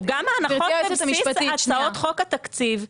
גם הנחות בסיס בהצעות חוק התקציב,